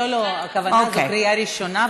הכוונה שזאת קריאה ראשונה,